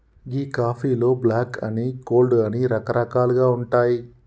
గీ కాఫీలో బ్లాక్ అని, కోల్డ్ అని రకరకాలుగా ఉంటాయి